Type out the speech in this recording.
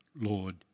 Lord